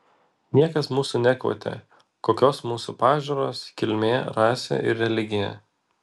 niekas mūsų nekvotė kokios mūsų pažiūros kilmė rasė ir religija